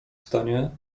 stanie